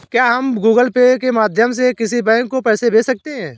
क्या हम Google Pay के माध्यम से किसी बैंक को पैसे भेज सकते हैं?